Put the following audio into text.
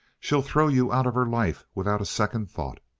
she'll throw you out of her life without a second thought.